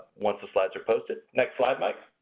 once the slides are posted. next slide, mike.